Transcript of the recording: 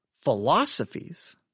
philosophies